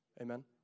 Amen